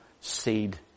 seed